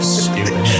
stupid